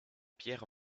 pierre